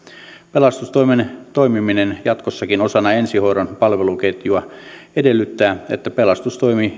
pelastustoimen toimiminen jatkossakin osana ensihoidon palveluketjua edellyttää että pelastustoimi